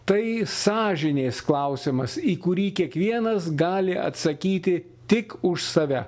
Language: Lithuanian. tai sąžinės klausimas į kurį kiekvienas gali atsakyti tik už save